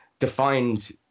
defined